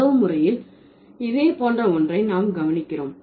உறவு முறையில் இதே போன்ற ஒன்றை நாம் கவனிக்கிறோம்